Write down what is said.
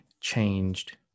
changed